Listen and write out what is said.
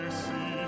see